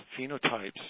Phenotypes